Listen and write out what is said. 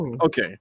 okay